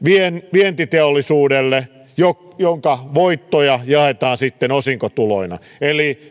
vientiteollisuudelle jonka voittoja jaetaan sitten osinkotuloina eli